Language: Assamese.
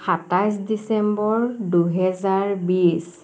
সাতাইছ ডিচেম্বৰ দুহেজাৰ বিছ